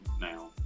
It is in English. now